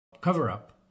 cover-up